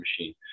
machine